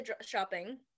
shopping